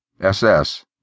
SS